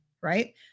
right